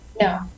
no